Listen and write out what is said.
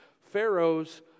Pharaoh's